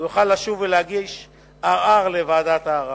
הוא יוכל לשוב ולהגיש ערר לוועדת הערר.